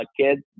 kids